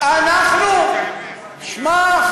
שמע,